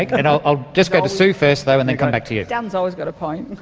like and i'll just go to sue first though and then come back to you. dan's always got a point!